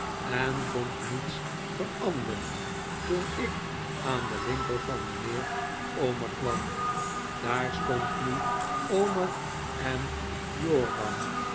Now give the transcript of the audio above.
en vond niets veranderd tot ik aan den winkel van mijnheer omer kwam daar stond nu omer en joram